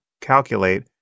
calculate